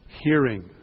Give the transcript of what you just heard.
hearing